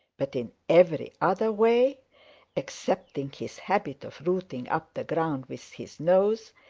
but in every other way excepting his habit of rooting up the ground with his nose,